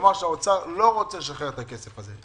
האוצר לא רוצה לשחרר את הכסף הזה.